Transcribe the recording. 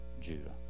Judah